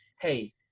Hey